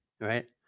right